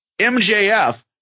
MJF